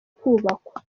kubakwa